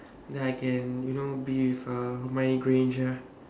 then I can you know be with uh hermione granger